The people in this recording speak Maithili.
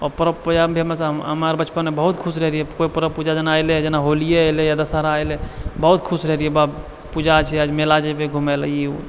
हम आर बचपनमे बहुत खुश रहय रहियै पूरा पूरा पूजा जेना एलय जेना होलिये एलय या दशहरा एलय बहुत खुश होइ जाइ रहियै वएह पूजा छियै आज मेला जेबय घुमय लए ई ओ